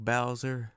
Bowser